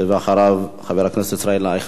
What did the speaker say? אחריה חבר הכנסת ישראל אייכלר,